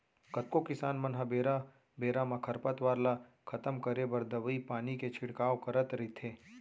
कतको किसान मन ह बेरा बेरा म खरपतवार ल खतम करे बर दवई पानी के छिड़काव करत रइथे